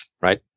right